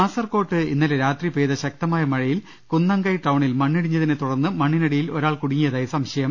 കാസർകോട്ട് ഇന്നലെ രാത്രി പെയ്ത ശക്തമായ മഴയിൽ കുന്നംകൈ ടൌണിൽ മണ്ണിടിഞ്ഞതിനെ തുടർന്ന് മണ്ണിനടിയിൽ ഒരാൾ കുടുങ്ങിയതായി സംശയം